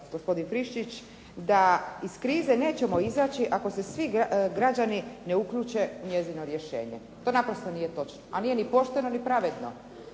gospodin Friščić da iz krize nećemo izaći ako se svi građani ne uključe u njezino rješenje. To naprosto nije točno, a nije ni pošteno ni pravedno.